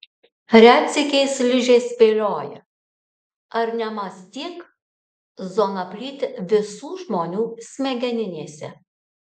retsykiais ližė spėlioja ar nemąstyk zona plyti visų žmonių smegeninėse